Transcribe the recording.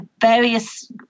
various